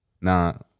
Now